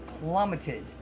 plummeted